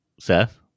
Seth